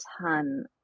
ton